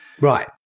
right